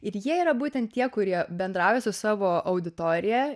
ir jie yra būtent tie kurie bendrauja su savo auditorija